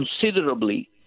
considerably